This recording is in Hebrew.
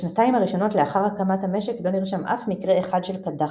בשנתיים הראשונות לאחר הקמת המשק לא נרשם אף מקרה אחד של קדחת.